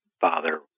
father